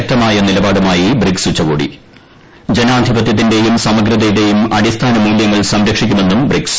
ശക്തമായ നിലപാടുമായി ബ്രിക്സ് ഉച്ചകോടി ജനാധിപത്യത്തിന്റേയും സമഗ്രതയുടേയും അടിസ്ഥാനമൂലൃങ്ങൾ സംരക്ഷിക്കുമെന്നും ബ്രിക്സ്